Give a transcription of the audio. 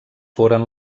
foren